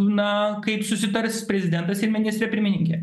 na kaip susitars prezidentas ir ministrė pirmininkė